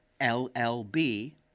LLB